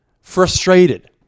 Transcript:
Frustrated